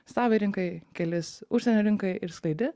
savai rinkai kelis užsienio rinkai ir skleidi